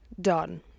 done